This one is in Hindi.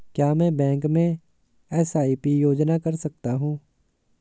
क्या मैं बैंक में एस.आई.पी योजना कर सकता हूँ?